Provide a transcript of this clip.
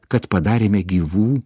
kad padarėme gyvų